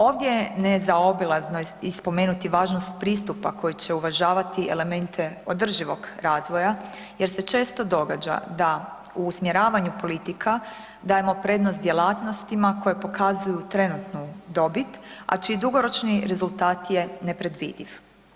Ovdje je nezaobilazno i spomenuti važnost pristupa koji će uvažavati elemente održivog razvoja jer često događa da u usmjeravanju politika dajemo prednost djelatnostima koje pokazuju trenutnu dobit a čiji dugoročni rezultat je nepredvidiv.